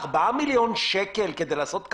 ארבעה מיליון שקלים עדיין לא יועילו לקמפיין,